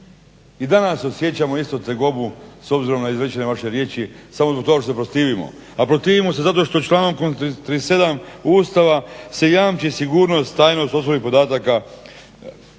I danas osjećamo isto tegobu s obzirom na izrečene vaše riječi, samo zbog toga što se protivimo. A protivimo se zato što člankom 37. Ustava se jamči sigurnost, tajnost osobnih podataka